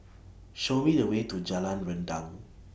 Show Me The Way to Jalan Rendang